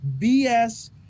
BS